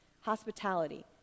hospitality